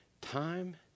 Time